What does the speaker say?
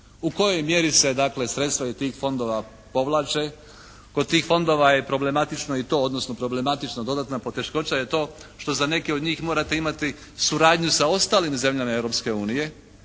U kojoj mjeri se dakle sredstva iz tih fondova povlače. Kod tih fondova je problematično i to, odnosno problematično, dodatna poteškoća je to što za neke od njih morate imati suradnju sa ostalim zemljama